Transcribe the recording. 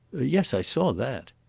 yes, i saw that.